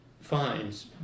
finds